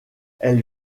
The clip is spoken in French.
elle